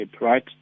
right